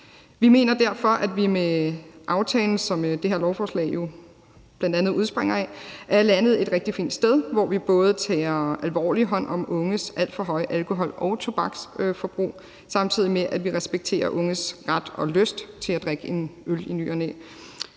Vi mener derfor, at vi med aftalen, som det her lovforslag jo bl.a. udspringer af, er landet et rigtig fint sted, hvor vi både tager hånd om unges alt for høje alkohol- og tobaksforbrug, samtidig med at vi respekterer unges ret og lyst til at drikke en øl i ny og næ.